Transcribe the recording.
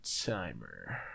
timer